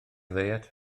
ddiet